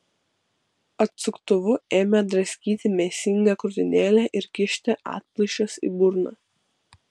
atsuktuvu ėmė draskyti mėsingą krūtinėlę ir kišti atplaišas į burną